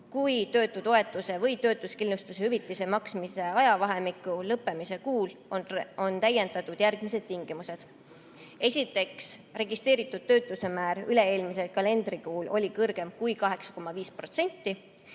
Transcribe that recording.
kui töötutoetuse või töötuskindlustushüvitise maksmise ajavahemiku lõppemise kuul on täiendatud järgmised tingimused: esiteks, registreeritud töötuse määr üle-eelmisel kalendrikuul oli kõrgem kui 8,5%;